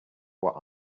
what